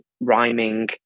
rhyming